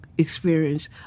experience